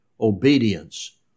obedience